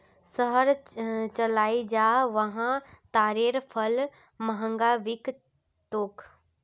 शहर चलइ जा वहा तारेर फल महंगा बिक तोक